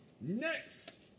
next